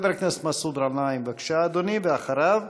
חבר הכנסת מסעוד גנאים, בבקשה, אדוני, ואחריו,